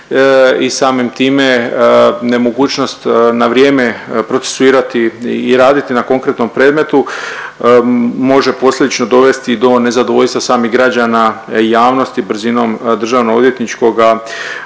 samim time nemogućnost na vrijeme procesuirati i raditi na konkretnom predmetu može posljedično dovesti do nezadovoljstva samih građana i javnosti brzinom državno odvjetničkoga